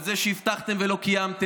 על זה שהבטחתם ולא קיימתם,